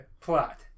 plot